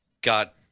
got